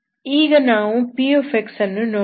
ಈಗ ನಾವು px ಅನ್ನು ನೋಡೋಣ